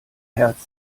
herz